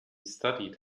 studied